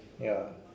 ya